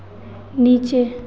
नीचे